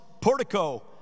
portico